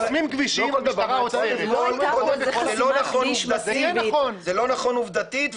זה לא נכון עובדתית.